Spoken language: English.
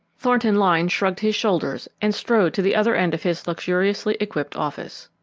thornton lyne shrugged his shoulders and strode to the other end of his luxuriously equipped office.